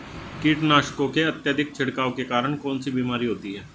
कीटनाशकों के अत्यधिक छिड़काव के कारण कौन सी बीमारी होती है?